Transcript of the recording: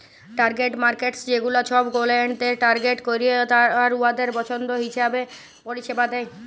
target markets ছেগুলা ছব ক্লায়েন্টদের টার্গেট ক্যরে আর উয়াদের পছল্দ হিঁছাবে পরিছেবা দেয়